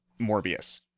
Morbius